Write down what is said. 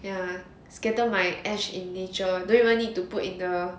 ya scatter my ash in nature don't even need to put in the